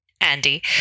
Andy